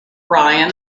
ryan